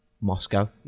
Moscow